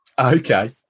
Okay